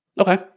Okay